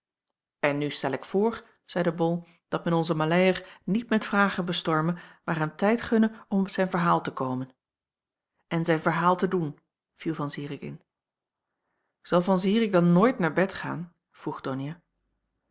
en nu stel ik voor zeide bol dat men onzen maleier niet met vragen bestorme maar hem tijd gunne om op zijn verhaal te komen en zijn verhaal te doen viel van zirik in zal van zirik dan nooit naar bed gaan vroeg donia